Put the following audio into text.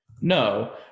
No